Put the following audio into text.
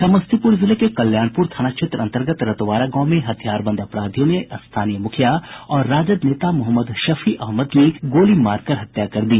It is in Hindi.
समस्तीपूर जिले के कल्याणपूर थाना क्षेत्र अंतर्गत रतवारा गांव में हथियार बंद अपराधियों ने स्थानीय मुखिया और राजद नेता मोहम्मद शफी अहमद की गोली मारकर हत्या कर दी